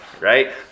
right